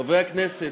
חברי הכנסת,